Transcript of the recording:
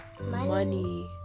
Money